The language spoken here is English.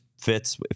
fits